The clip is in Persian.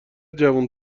جوون